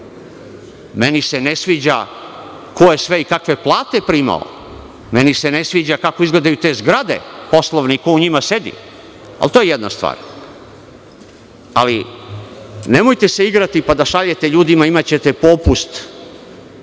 Meni se ne sviđa ko je sve i kakve plate primao. Meni se ne sviđa kako izgledaju te poslovne zgrade i ko u njima sedi, ali to je jedna stvar. Ali, nemojte se igrati pa da šaljete ljudima – imaćete popust.